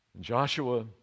Joshua